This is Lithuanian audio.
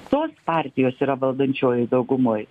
tos partijos yra valdančiojoj daugumoj